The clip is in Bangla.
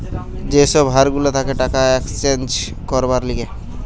যে সব হার গুলা থাকে টাকা এক্সচেঞ্জ করবার লিগে